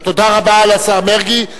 תודה רבה לשר מרגי.